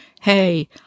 hey